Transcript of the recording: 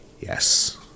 Yes